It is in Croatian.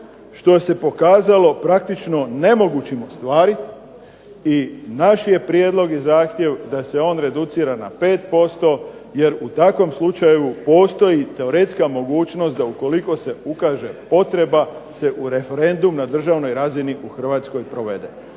što se pokazalo praktično nemogućim ostvariti i naš je prijedlog i zahtjev da se on reducira na 5% jer u takvom slučaju postoji teoretska mogućnost da ukoliko se ukaže potreba se u referendum na državnoj razini u Hrvatskoj provede.